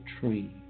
tree